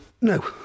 no